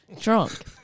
Drunk